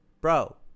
Bro